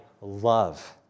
love